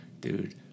dude